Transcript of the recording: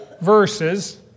verses